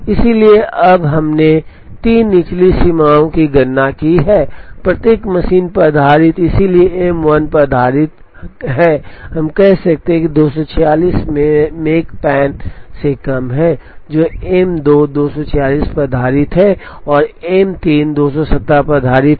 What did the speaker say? इसलिए अब हमने तीन निचली सीमाओं की गणना की है प्रत्येक मशीन पर आधारित है इसलिए M 1 पर आधारित है हम कह सकते हैं कि 266 मेकपैन से कम है जो M 2 246 पर आधारित है और M 3 217 पर आधारित है